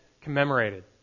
commemorated